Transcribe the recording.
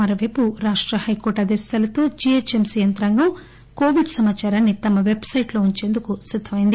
మరోపైపు రాష్ట హైకోర్టు ఆదేశాలతో జీహెచ్ఎంసీ యంత్రాంగం కోవిడ్ సమాచారాన్ని తమ పెట్సైట్లో ఉంచేందుకు సిద్దమైంది